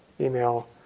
email